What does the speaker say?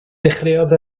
dechreuodd